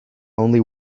only